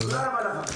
תודה רבה.